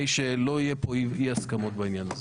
שלא יהיו כאן אי הסכמות בעניין הזה.